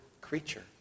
creature